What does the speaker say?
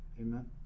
Amen